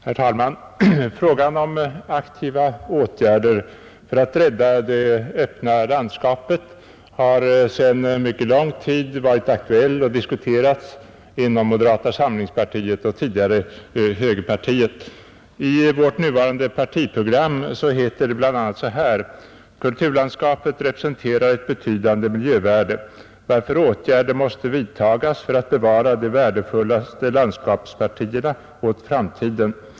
Herr talman! Frågan om aktiva åtgärder för att rädda det öppna landskapet har sedan mycket lång tid varit aktuell och diskuterats inom moderata samlingspartiet och tidigare högerpartiet. I vårt nuvarande partiprogram heter det bl.a.: ”Kulturlandskapet representerar ett betydande miljövärde, varför åtgärder måste vidtagas för att bevara de värdefullaste landskapspartierna åt framtiden.